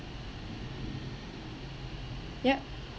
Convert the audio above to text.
yup